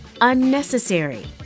unnecessary